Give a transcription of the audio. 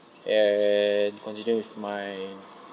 and continue with my